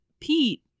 Pete